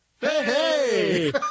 Hey